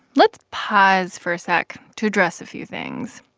let's pause for a sec to address a few things.